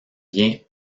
bien